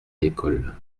l’école